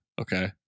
Okay